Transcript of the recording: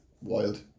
Wild